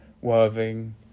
Worthing